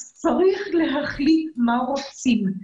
אז צריך להחליט מה רוצים.